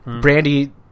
brandy